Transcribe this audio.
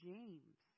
James